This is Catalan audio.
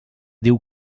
diu